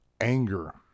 anger